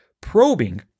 Probing